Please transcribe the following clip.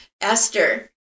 Esther